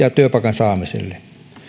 ja työpaikan saamiselle